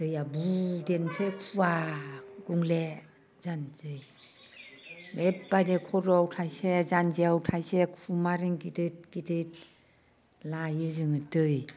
दैया बु देरनोसै खुवा गुबुंले जानोसै बेबायदियाव खर'आव थाइसे जान्जियाव थाइसे खुमारिं गिदिर गिदिर लायो जोङो दै